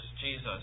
Jesus